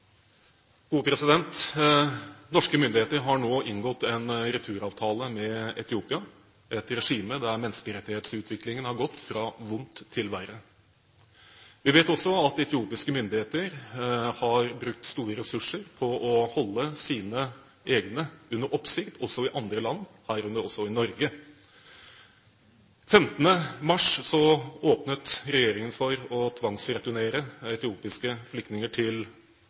Norske myndigheter har nå inngått en returavtale med Etiopia, et regime der menneskerettighetsutviklingen har gått fra vondt til verre. Vi vet også at etiopiske myndigheter har brukt store ressurser på å holde sine egne under oppsikt også i andre land, herunder Norge. Den 15. mars åpnet regjeringen for å tvangsreturnere etiopiske flyktninger til